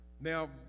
Now